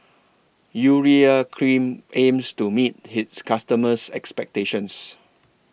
Urea Cream aims to meet its customers' expectations